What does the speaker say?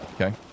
okay